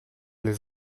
les